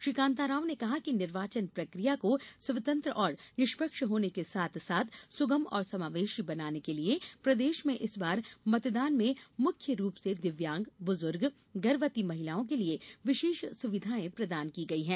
श्री कांता राव ने कहा है कि निर्वाचन प्रक्रिया को स्वतंत्र और निष्पक्ष होने के साथ साथ सुगम और समावेशी बनाने के लिये प्रदेश में इस बार मतदान में मुख्य रूप से दिव्यांग बुजुर्ग गर्भवती महिलाओं के लिये विशेष सुविधायें प्रदान की गई हैं